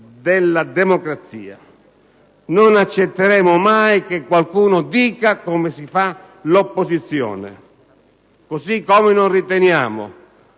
della democrazia. Non accetteremo mai che qualcuno ci dica come si fa l'opposizione. Così come riteniamo